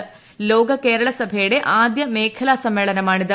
ല്വോക ്കേരള സഭയുടെ ആദ്യ മേഖലാ സമ്മേളനമാണിത്